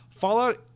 Fallout